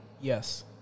Yes